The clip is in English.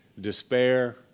Despair